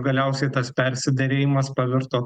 galiausiai tas persiderėjimas pavirto